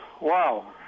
Wow